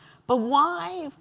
but why,